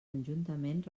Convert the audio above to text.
conjuntament